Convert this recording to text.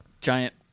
giant